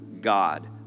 God